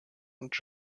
und